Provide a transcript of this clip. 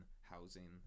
housing